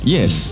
Yes